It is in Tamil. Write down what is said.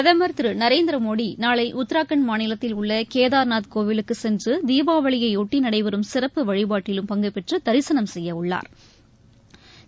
பிரதமர் திருநரேந்திரமோடிநாளைஉத்தராகாண்ட் மாநிலத்தில் உள்ளகேதார்நாத் கோவிலுக்குசென்றுதீபாவளியையொட்டிநடைபெறும் சிறப்பு வழிபாட்டிலும் பங்குபெற்றுதரிசனம் பிரதமர் செய்யஉள்ளா்